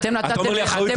אתה אומר לי אחריות אישית.